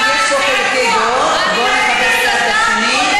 יש פה חילוקי דעות, בואו נכבד האחד את השני.